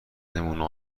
نمونه